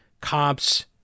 cops